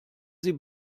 sie